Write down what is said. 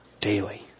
daily